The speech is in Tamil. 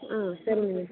ஆ சரிங்க